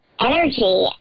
energy